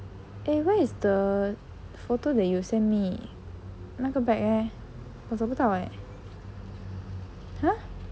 eh where is the photo that you send me 那个 bag leh 我找不到 eh !huh!